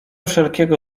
wszelkiego